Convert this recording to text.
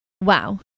Wow